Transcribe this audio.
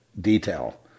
detail